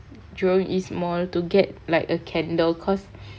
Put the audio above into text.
jurong east mall to get like a candle because